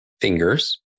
fingers